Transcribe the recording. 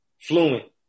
fluent